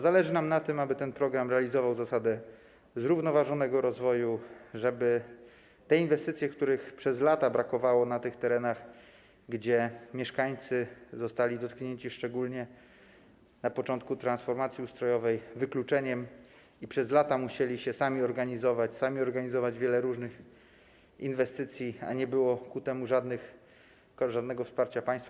Zależy nam na tym, żeby ten program realizował zasadę zrównoważonego rozwoju, żeby realizowano inwestycje, których przez lata brakowało na terenach, na których mieszkańcy zostali dotknięci, szczególnie na początku transformacji ustrojowej, wykluczeniem i przez lata musieli się sami organizować, sami organizować wiele różnych inwestycji, a nie było ku temu żadnego wsparcia państwa.